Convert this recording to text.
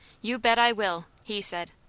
you bet i will! he said.